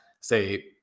say